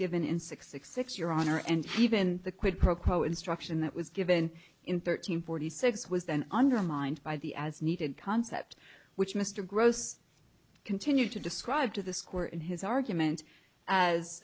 given in six six six your honor and even the quid pro quo instruction that was given in thirteen forty six was then undermined by the as needed concept which mr gross continued to describe to the square in his argument as